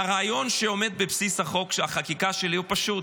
הרעיון שעומד בבסיס החקיקה שלי הוא פשוט.